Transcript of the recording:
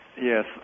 Yes